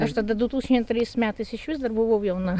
aš tada du tūkstančiai antrais metais išvis dar buvau jauna